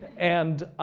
and